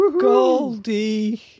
Goldie